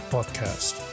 Podcast